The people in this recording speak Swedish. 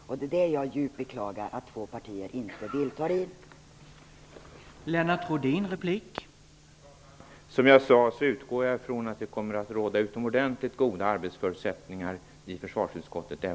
Jag beklagar djupt att två partier inte deltar i detta arbete.